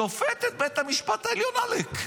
שופטת בית המשפט העליון, עלק.